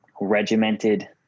regimented